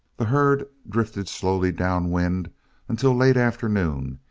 the herd drifted slowly down wind until late afternoon,